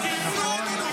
תבואו.